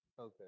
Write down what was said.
Okay